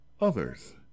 others